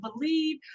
believe